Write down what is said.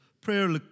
prayer